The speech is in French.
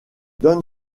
donne